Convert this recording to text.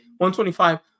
125